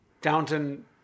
Downton